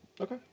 Okay